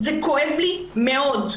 זה כואב לי מאוד,